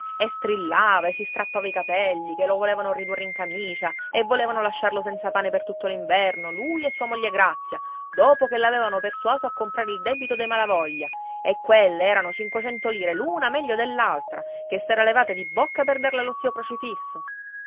e strillava e si strappava i capelli che lo volevano ridurre in camicia e volevano lasciarlo senza pane per tutto l'inverno lui e sua moglie grazia dopo che l'avevano persuaso a comprare il debito dei malavoglia e quelle erano cinquecento lire l'una meglio dell'altra che s'era levate di bocca per darle allo zio crocifisso